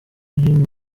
hino